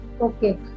Okay